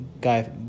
guy